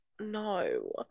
no